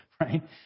Right